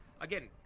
again